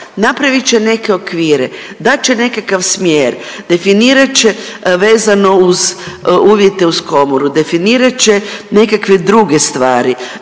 napravit će neke okvire, dat će nekakav smjer, definirat će vezano uvjete uz komoru, definirat će nekakve druge stvari,